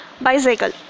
bicycle